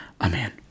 amen